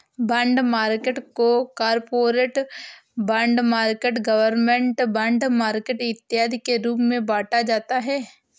bond market को corporate bond market government bond market इत्यादि के रूप में बांटा जाता है